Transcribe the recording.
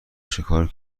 چیکار